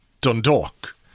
Dundalk